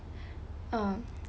um